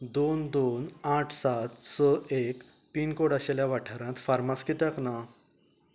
दोन दोन आठ सात स एक पीन कोड आशिल्ल्या वाठारांत फर्मास कित्याक ना